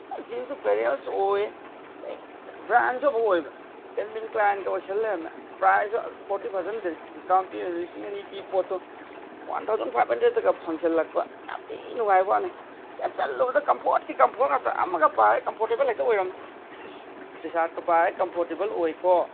ꯖꯤꯟꯁꯁꯨ parallels ꯑꯣꯏꯌꯦ ꯑꯗꯩ ꯕ꯭ꯔꯥꯟꯁꯨ ꯑꯃꯨꯛ ꯑꯣꯏꯕ ꯀꯦꯜꯚꯤꯟ ꯀ꯭ꯂꯥꯏꯟꯒ ꯑꯣꯏꯁꯟ ꯂꯩꯔꯝꯃꯦ ꯄ꯭ꯔꯥꯏꯁꯁꯨ ꯑꯁ ꯐꯣꯔꯇꯤ ꯄꯥꯔꯁꯦꯟ ꯗꯤꯁꯀꯥꯎꯟ ꯄꯤꯕꯅꯤꯅ ꯂꯤꯁꯤꯡ ꯑꯅꯤ ꯄꯤꯕ ꯄꯣꯠꯇꯣ ꯋꯥꯟ ꯊꯥꯎꯖꯟ ꯐꯥꯏꯚ ꯍꯟꯗ꯭ꯔꯦꯠꯇꯒ ꯐꯪꯖꯟꯂꯛꯄ ꯌꯥꯝ ꯊꯤ ꯅꯨꯡꯉꯥꯏꯕ ꯋꯥꯅꯦ ꯁꯦꯠꯆꯟꯂꯨꯕꯗ ꯀꯝꯐꯣꯔꯠꯀꯤ ꯀꯝꯐꯣꯔꯠ ꯉꯥꯛꯇ ꯑꯃ ꯄꯥꯔꯦ ꯀꯝꯐꯣꯔꯇꯦꯕꯜ ꯍꯦꯛꯇ ꯑꯣꯏꯔꯝꯃꯤ ꯁꯤ ꯏꯁ ꯇꯤ ꯁꯥꯔꯠꯀ ꯄꯥꯔꯦ ꯀꯝꯐꯣꯔꯇꯦꯕꯜ ꯑꯣꯏꯀꯣ